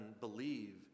believe